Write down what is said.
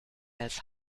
als